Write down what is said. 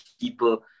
people